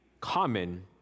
common